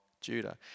Judah